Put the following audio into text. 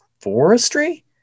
forestry